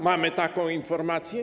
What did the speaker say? Mamy taką informację?